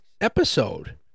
episode